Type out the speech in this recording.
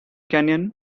canyon